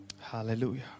Hallelujah